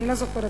אני לא זוכרת,